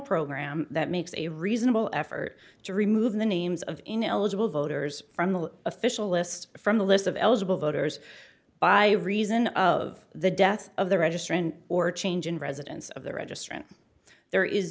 program that makes a reasonable effort to remove the names of ineligible voters from the official list from the list of eligible voters by reason of the death of the registrant or change in residence of the registrant there is